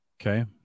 Okay